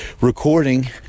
recording